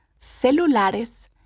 celulares